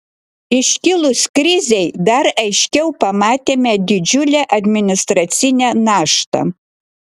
iškilus krizei dar aiškiau pamatėme didžiulę administracinę naštą